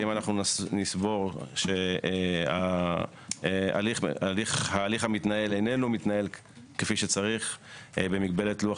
ואם אנחנו נסבור שההליך המתנהל איננו מתנהל כפי שצריך במגבלת לוח